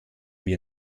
wir